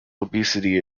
obesity